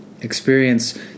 experience